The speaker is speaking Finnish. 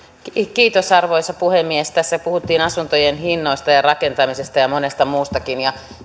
arvoisa puhemies tässä puhuttiin asuntojen hinnoista ja rakentamisesta ja monesta muustakin ja